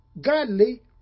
godly